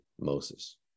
Moses